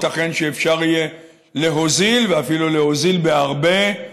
ייתכן שאפשר יהיה להוזיל, ואפילו להוזיל בהרבה,